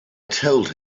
told